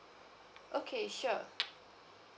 okay sure